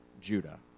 Judah